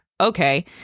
Okay